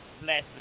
blessing